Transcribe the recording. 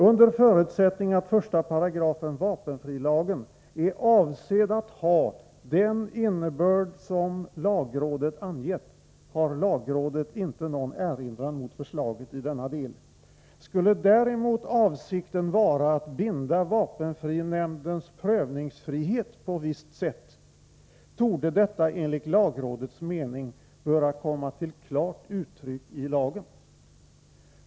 Under förutsättning att 1 § vapenfrilagen är avsedd att ha den innebörd som lagrådet angett har lagrådet inte någon erinran mot förslaget i denna del. Skulle däremot avsikten vara att binda vapenfrinämndens prövningsfrihet på visst sätt, torde detta enligt lagrådets mening böra komma till klart uttryck i lagen.